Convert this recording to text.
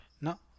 No